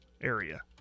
area